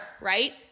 right